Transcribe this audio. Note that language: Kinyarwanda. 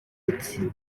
ati